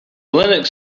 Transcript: linux